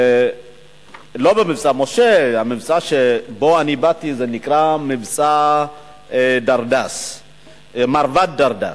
לא ב"מבצע משה"; המבצע שבו אני באתי נקרא מבצע "מרבד דרדס".